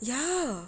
ya